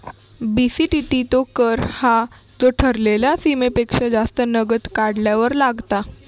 BCTT तो कर हा जो ठरलेल्या सीमेपेक्षा जास्त नगद काढल्यार लागता